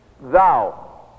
Thou